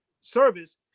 service